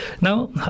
Now